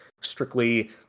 strictly